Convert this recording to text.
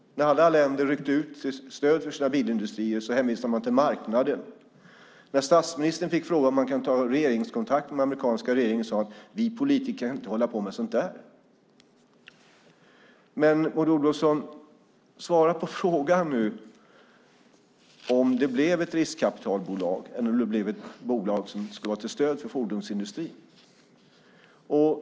När alla länder ryckte ut till stöd för sina bilindustrier hänvisade man till marknader. När statsministern fick frågan om man kan ta regeringskontakt med den amerikanska regeringen sade han: Vi politiker kan inte hålla på med sådant där. Maud Olofsson, svara på frågan nu! Blev det ett riskkapitalbolag, eller blev det ett bolag som ska vara till stöd för fordonsindustrin?